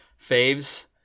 faves